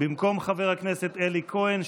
במקום חבר הכנסת אלי כהן,